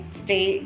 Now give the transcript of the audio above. stay